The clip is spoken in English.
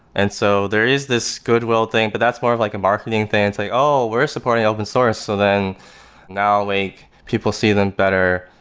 and so there is this goodwill thing, but that's more of like a marketing thing. it's like, oh, we're supporting open-source, so then now we make people see them better,